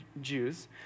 Jews